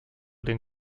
den